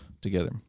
Together